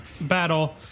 battle